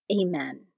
Amen